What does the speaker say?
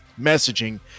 messaging